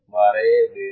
வரைய வேண்டும்